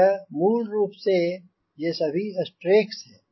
यह मूल रूप से यह सभी स्ट्रेकस है